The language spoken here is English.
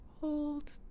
Hold